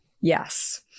yes